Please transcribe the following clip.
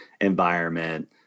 environment